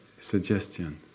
suggestion